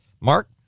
Mark